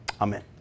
amen